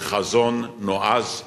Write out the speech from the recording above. מחזון נועז שלה,